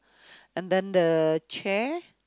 and then the chair